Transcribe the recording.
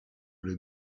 les